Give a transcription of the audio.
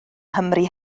nghymru